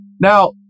now